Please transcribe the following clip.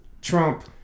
Trump